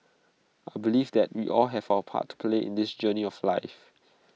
I believe that we all have our part to play in this journey of life